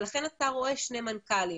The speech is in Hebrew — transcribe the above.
לכן אתה רואה שני מנכ"לים.